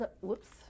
whoops